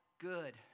good